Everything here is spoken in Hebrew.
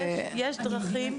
יש דרכים,